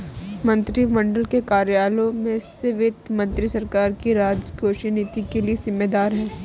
मंत्रिमंडल के कार्यालयों में से वित्त मंत्री सरकार की राजकोषीय नीति के लिए जिम्मेदार है